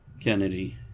Kennedy